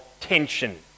tension